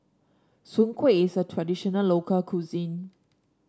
Soon Kueh is a traditional local cuisine